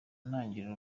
ntangiriro